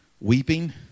weeping